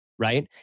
right